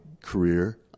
career